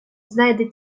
знайде